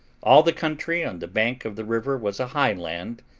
all the country on the bank of the river was a high land,